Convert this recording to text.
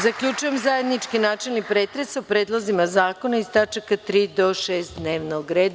Zaključujem zajednički načelni pretres o predlozima zakona iz tačaka 3. do 6. dnevnog reda.